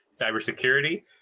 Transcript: cybersecurity